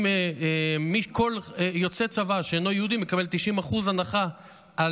אם כל יוצא צבא שאינו יהודי מקבל 90% גם על